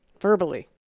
Verbally